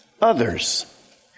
Others